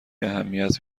اهمیت